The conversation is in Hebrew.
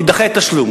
יידחה התשלום.